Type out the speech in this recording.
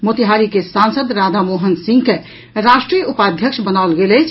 मोतिहारी के सांसद राधा मोहन सिंह के राष्ट्रीय उपाध्यक्ष बनाओल गेल अछि